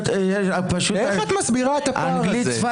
איך את מסבירה את הפער הזה?